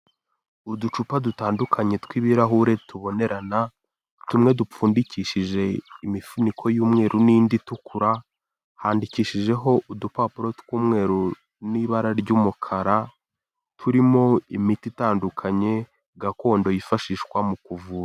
Uducupa dutandukanye tw'ibirahure tubonerana, tumwe dupfundikishije imifuniko y'umweru n'indi itukura, handikishijeho udupapuro tw'umweru n'ibara ry'umukara, turimo imiti itandukanye, gakondo yifashishwa mu kuvura.